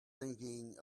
thinking